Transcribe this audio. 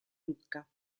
lucca